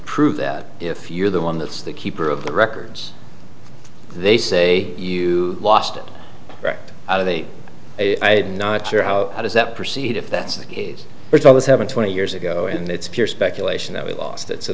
prove that if you're the one that's the keeper of the records they say you lost it right out of the i not sure how how does that proceed if that's the case which i was having twenty years ago and it's pure speculation that we lost it so